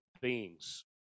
beings